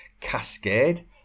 cascade